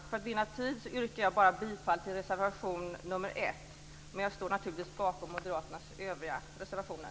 För att vinna tid yrkar jag bara bifall till reservation nr 1, men jag står naturligtvis bakom moderaternas övriga reservationer.